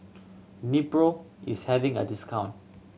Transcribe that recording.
Nepro is having a discount